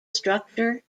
structure